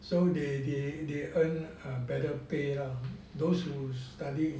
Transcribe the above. so they they they earn a better pay lah those who study